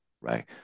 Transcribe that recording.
right